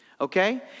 Okay